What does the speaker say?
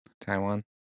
Taiwan